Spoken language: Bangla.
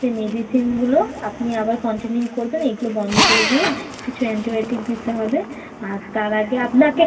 সেই মেডিসিনগুলো আপনি আবার কন্টিনিউ করবেন এইগুলো বন্ধ করে দিয়ে কিছু অ্যান্টিবায়োটিক দিতে হবে আর তার আগে আপনাকে